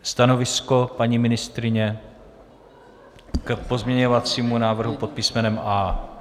Stanovisko paní ministryně k pozměňovacímu návrhu pod písmenem A?